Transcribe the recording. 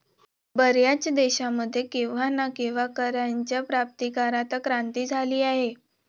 बर्याच देशांमध्ये केव्हा ना केव्हा कराच्या प्रतिकारात क्रांती झाली आहे